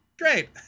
Great